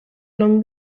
along